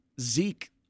Zeke